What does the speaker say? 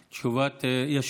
תודה, אדוני.